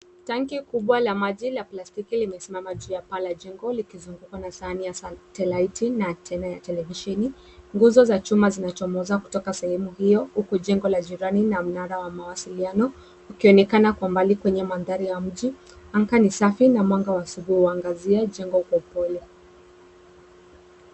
Tanki kubwa la maji la plastiki limesimama juu ya paa la jengo likizungukwa na sahani ya satellite na tena ya televisheni. Nguzo za chuma zinazochomoza kutoka sehemu hiyo huku jengo la jirani na mnara wa mawasiliano ukionekana kwa mbali kwenye mandhari ya mji. Anga ni safi na mwanga wa asubuhi huangazia jengo kwa upole.